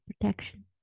protection